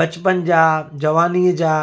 बचपन जा जवानीअ जा